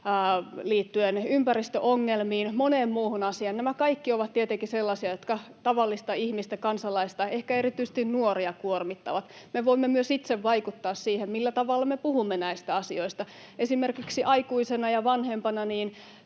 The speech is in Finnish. ympäristöongelmiin kuin moneen muuhun asiaan. Nämä kaikki ovat tietenkin sellaisia, jotka kuormittavat tavallista ihmistä, kansalaista, ehkä erityisesti nuoria. Me voimme myös itse vaikuttaa siihen, millä tavalla me puhumme näistä asioista. Esimerkiksi aikuisena ja vanhempana